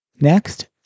Next